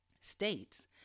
states